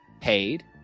paid